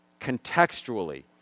contextually